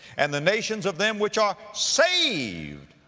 and the nations of them which are saved,